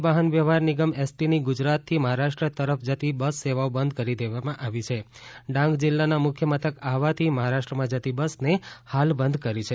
રાજ્ય વાહનવ્યવહાર નિગમ એસટીની ગુજરાતથી મહારાષ્ટ્ર તરફ જતી બસ સેવાઓ બંધ કરી દેવામાં આવી છે ડાંગ જિલ્લાના મુખ્ય મથક આહવાથી મહારાષ્ટ્રમાં જતી બસને હાલ બંધ કરી છે